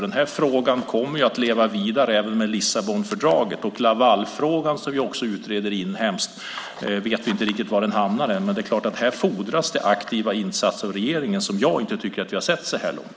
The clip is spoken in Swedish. Den här frågan kommer att leva vidare även med Lissabonfördraget. Vi vet inte riktigt var Lavalfrågan, som också utreds inhemskt, hamnar. Men det är klart att det här fordras aktiva insatser från regeringen som jag inte tycker att vi har sett så här långt.